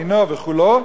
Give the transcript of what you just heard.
מינו וכו',